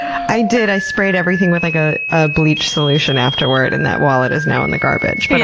i did. i sprayed everything with like ah a bleach solution afterward and that wallet is now in the garbage, but